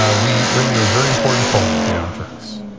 ah we bring you a very important poll at the young turks.